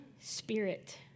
spirit